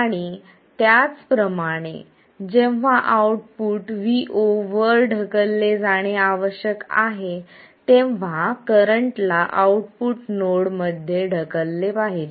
आणि त्याचप्रमाणे जेव्हा आउटपुट vo वर ढकलले जाणे आवश्यक आहे तेव्हा करंट ला आउटपुट नोडमध्ये ढकलले पाहिजे